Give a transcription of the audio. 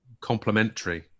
complementary